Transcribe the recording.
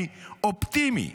אני אופטימי.